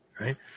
Right